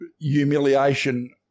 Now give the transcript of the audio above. humiliation